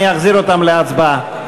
אני אחזיר אותם להצבעה.